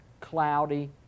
cloudy